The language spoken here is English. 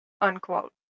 Unquote